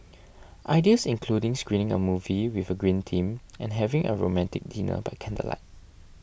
ideas include screening a movie with a green theme and having a romantic dinner by candlelight